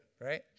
right